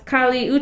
Kali